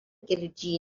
kirji